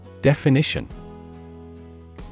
Definition